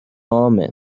عامه